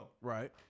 Right